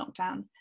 lockdown